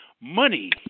money